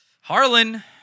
Harlan